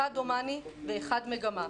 אחד הומני ואחד מגמה.